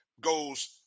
goes